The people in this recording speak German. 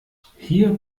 hier